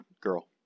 girl